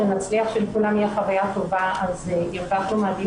ילכו איתם לאורך כל החיים ואף צוות רפואי לא ידע לזהות.